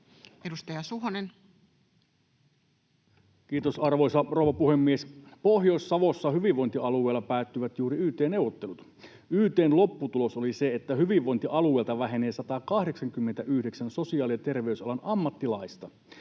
Edustaja Suhonen. Kiitos, arvoisa rouva puhemies! Pohjois-Savossa hyvinvointialueella päättyivät juuri yt-neuvottelut. Yt:n lopputulos oli se, että hyvinvointialueelta vähenee 189 sosiaali- ja terveysalan ammattilaista.